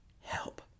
help